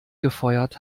gefeuert